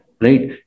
Right